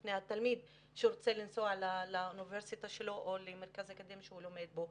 בפני התלמיד שרוצה לנסוע לאוניברסיטה או למרכז האקדמי שהוא לומד בו.